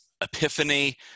epiphany